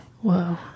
Whoa